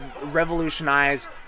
revolutionize